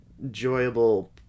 enjoyable